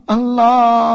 Allah